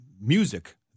music